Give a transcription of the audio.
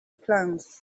plans